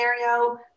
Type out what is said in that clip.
scenario